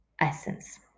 essence